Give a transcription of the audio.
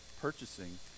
purchasing